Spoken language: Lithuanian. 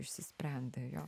išsisprendė jo